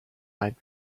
might